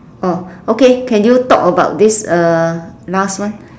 orh okay can you talk about this uh last one